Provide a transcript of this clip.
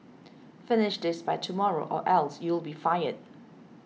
finish this by tomorrow or else you'll be fired